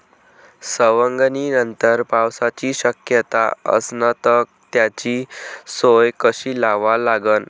सवंगनीनंतर पावसाची शक्यता असन त त्याची सोय कशी लावा लागन?